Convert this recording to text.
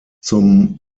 zum